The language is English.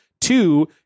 Two